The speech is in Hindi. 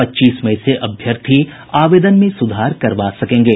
पच्चीस मई से अभ्यर्थी आवेदन में सुधार करवा सकेंगे